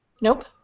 Nope